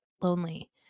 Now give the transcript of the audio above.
lonely